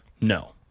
No